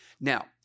Now